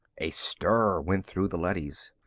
a stir went through the leadys.